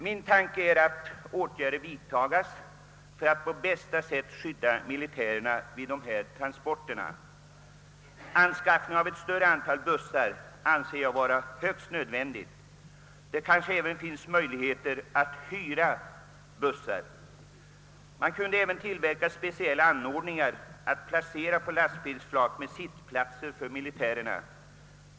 Min tanke är att åtgärder bör vidtagas för att på bästa sätt skydda militärerna vid dessa transporter. Anskaffningen av ett större antal bussar anser jag vara högst nödvändig. Det kanske även finns möjligheter att hyra bussar. Man kan också tillverka speciella anordningar att placera på lastbilsflak med sittplatser för militärerna.